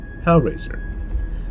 Hellraiser